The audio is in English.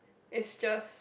it's just